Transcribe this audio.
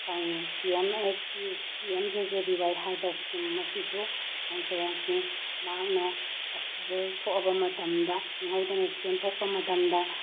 ꯐꯪꯏ P M S B P M J J B Y ꯍꯥꯏꯕ ꯏꯁꯀꯤꯝ ꯑꯁꯤꯁꯨ ꯏꯟꯁꯨꯔꯦꯟꯁꯅꯤ ꯃꯍꯥꯛꯅ ꯑꯦꯛꯁꯤꯗꯦꯟ ꯊꯣꯛꯂꯕ ꯃꯇꯝꯗ ꯈꯪꯍꯧꯗꯅ ꯑꯦꯛꯁꯤꯗꯦꯟ ꯊꯣꯛꯄ ꯃꯇꯝꯗ